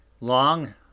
long